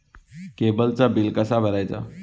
केबलचा बिल कसा भरायचा?